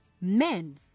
men